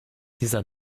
dieser